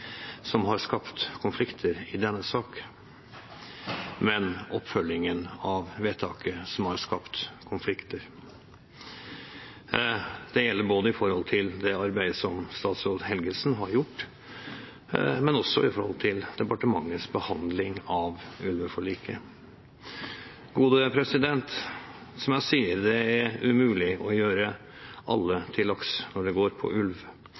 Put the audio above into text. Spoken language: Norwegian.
som har skapt konflikter i denne saken, men oppfølgingen av vedtaket. Det gjelder både det arbeidet som statsråd Helgesen har gjort, og også departementets behandling av ulveforliket. Som jeg sier: Det er umulig å gjøre alle til lags når det gjelder ulv,